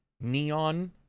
neon